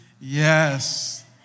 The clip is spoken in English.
yes